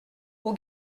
aux